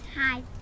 hi